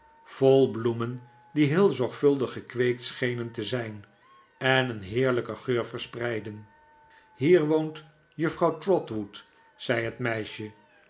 vol bloemen die heel zorgvuldig gekweekt schenen te zijn en een heerlijken geur verspreidden hier woont juffrouw trotwood zei het meisje